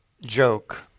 joke